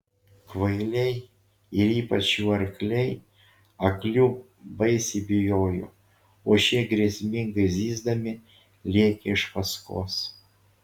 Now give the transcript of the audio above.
kvailiai ir ypač jų arkliai aklių baisiai bijojo o šie grėsmingai zyzdami lėkė iš paskos